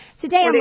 Today